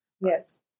Yes